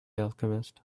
alchemist